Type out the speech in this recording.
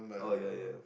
oh yeah yeah